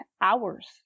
hours